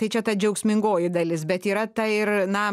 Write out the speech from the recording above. tai čia ta džiaugsmingoji dalis bet yra ta ir na